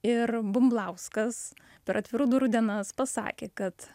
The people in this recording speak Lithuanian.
ir bumblauskas per atvirų durų dienas pasakė kad